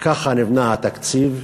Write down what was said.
וככה נבנה התקציב.